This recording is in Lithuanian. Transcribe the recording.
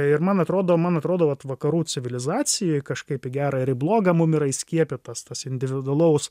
ir man atrodo man atrodo vat vakarų civilizacijoj kažkaip į gerą ir į blogą mums yra įskiepytas tas individualaus